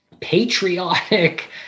patriotic